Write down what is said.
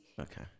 Okay